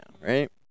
right